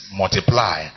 multiply